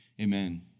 Amen